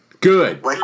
Good